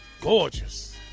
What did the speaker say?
gorgeous